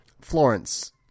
Florence